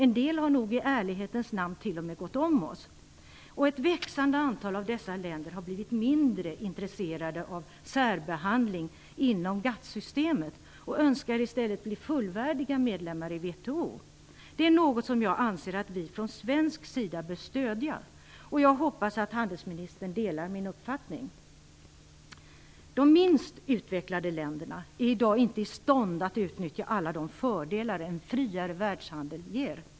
En del har nog i ärlighetens namn t.o.m. gått om oss. Ett växande antal av dessa länder har blivit mindre intresserade av särbehandling inom GATT-systemet och önskar i stället bli fullvärdiga medlemmar i WTO. Det är något som jag anser att vi i Sverige bör stödja, och jag hoppas att utrikeshandelsministern delar min uppfattning. De minst utvecklade länderna är i dag inte i stånd att utnyttja alla de fördelar en friare världshandel ger.